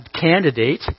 candidate